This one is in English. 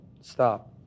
Stop